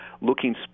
looking